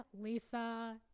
Lisa